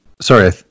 Sorry